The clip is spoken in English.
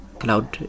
cloud